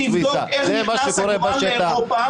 אם אתה תבדוק איך נכנס עגורן לאירופה